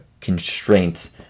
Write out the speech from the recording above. constraints